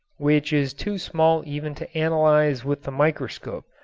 which is too small even to analyze with the microscope,